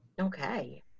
Okay